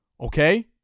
okay